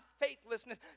faithlessness